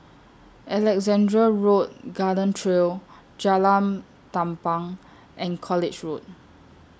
Alexandra Road Garden Trail Jalan Tampang and College Road